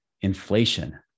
inflation